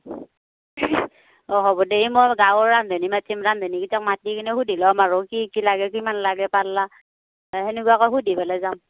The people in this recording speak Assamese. অঁ হ'ব দে মই গাঁৱৰ ৰান্ধনী মাতিম ৰান্ধনীকেইটাক মাতি কিনে সুধি ল'ম আৰু কি কি লাগে কিমান লাগে পাল্লা তেনেকুৱাকৈ সুধি পেলাই যাম